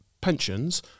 pensions